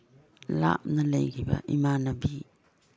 ꯂꯥꯞꯅ ꯂꯩꯒꯤꯕ ꯏꯃꯥꯟꯅꯕꯤ